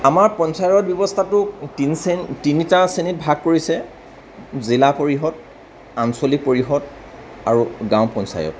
আমাৰ পঞ্চায়ত ব্যৱস্থাটো তিনিটা শ্ৰেণীত ভাগ কৰিছে জিলা পৰিষদ আঞ্চলিক পৰিষদ আৰু গাঁও পঞ্চায়ত